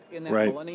Right